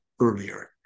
earlier